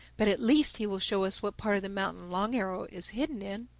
but at least he will show us what part of the mountain long arrow is hidden in.